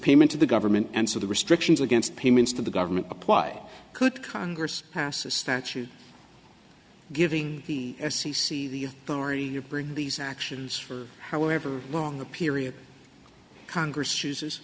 payment to the government and so the restrictions against payments to the government apply could congress pass a statute giving the s e c the authority you bring these actions for however long a period congress chooses